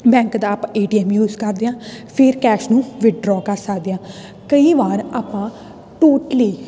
bank ਦਾ ਆਪਾਂ A T M use ਕਰਦੇ ਹਾਂ ਫਿਰ ਕੈਸ਼ ਨੂੰ ਵਿਦਡਰਾਅ ਕਰ ਸਕਦੇ ਹਾਂ ਕਈ ਵਾਰ ਆਪਾਂ ਟੋਟਲੀ